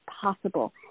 possible